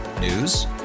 News